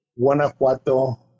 Guanajuato